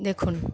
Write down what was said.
দেখুন